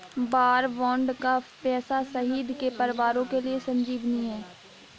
वार bond का पैसा शहीद के परिवारों के लिए संजीवनी है